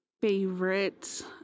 favorite